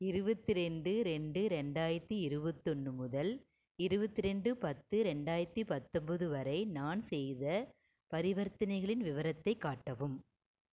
இருபத்தி ரெண்டு ரெண்டு ரெண்டாயிரத்து இருபத்தொன்னு முதல் இருபத்தி ரெண்டு பத்து ரெண்டாயிரத்து பத்தம்போது வரை நான் செய்த பரிவர்த்தனைகளின் விவரத்தை காட்டவும்